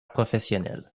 professionnel